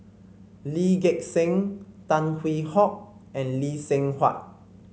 Lee Gek Seng Tan Hwee Hock and Lee Seng Huat